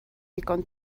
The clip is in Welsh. ddigon